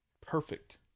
perfect